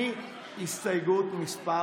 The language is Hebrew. מהסתייגות מס'